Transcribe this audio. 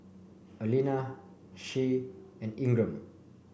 Alena Shae and Ingram